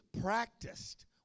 practiced